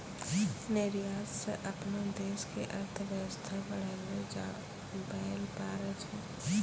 निर्यात स अपनो देश के अर्थव्यवस्था बढ़ैलो जाबैल पारै छै